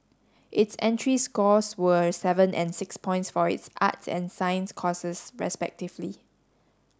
its entry scores were seven and six points for its arts and science courses respectively